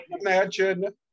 imagine